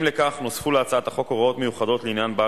רק לצאת בקריאה מאוחדת של הכנסת להציב